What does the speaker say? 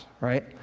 Right